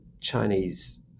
Chinese